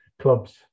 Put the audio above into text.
clubs